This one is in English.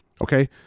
Okay